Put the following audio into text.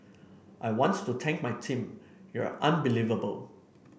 I wants to take my team you're unbelievable